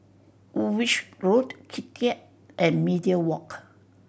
Woolwich Road Keat and Media Walk